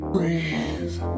Breathe